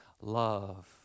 love